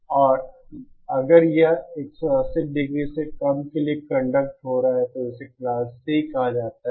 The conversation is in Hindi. और अगर यह 180 डिग्री से कम के लिए कंडक्ट हो रहा है तो इसे क्लास C कहा जाता है